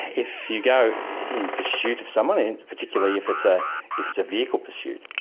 if you go in pursuit of somebody, particularly if it's ah if it's a vehicle pursuit,